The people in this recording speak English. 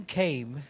came